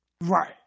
Right